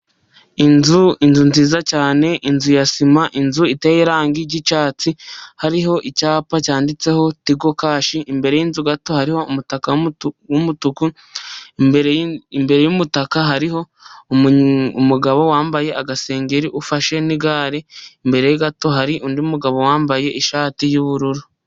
Inzu, inzu nziza cyane, inzu ya sima, inzu iteye irangi ry'icyatsi, hariho icyapa cyanditseho tigo kashi, imbere y'inzu gato hariho umutaka w'umutuku, imbere y'umutaka hariho umugabo wambaye agasengeri ufashe n'igare, imbere ye gato hari undi mugabo wambaye ishati y'ubururu.